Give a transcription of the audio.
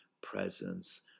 presence